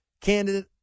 candidate